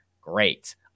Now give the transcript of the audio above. great